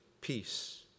peace